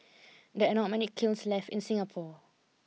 there are not many kilns left in Singapore